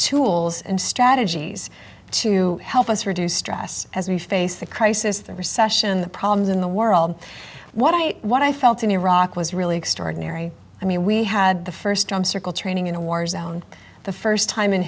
tools and strategies to help us reduce stress as we face the crisis the recession the problems in the world what i what i felt in iraq was really extraordinary i mean we had the first drum circle training in a war zone the first time in